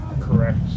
correct